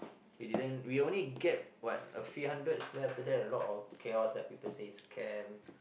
we didn't we only get what a few hundreds then after that a lot of chaos like people say scam